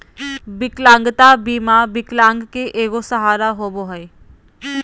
विकलांगता बीमा विकलांग के एगो सहारा होबो हइ